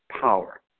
power